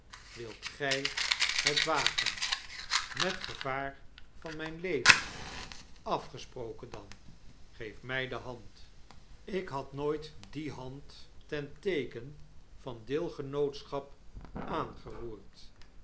wilt gj het wagen met gevaar van mfln leven l w afgesproken dan geef mjj de hand ik had nooit die hand ten teeken van deelgenootschap aangeroerd